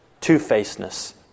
two-facedness